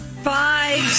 Five